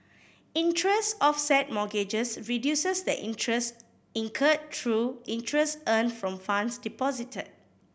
interest offset mortgages reduces the interest incurred through interest earned from funds deposited